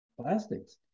Plastics